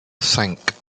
cinq